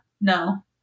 No